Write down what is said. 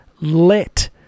let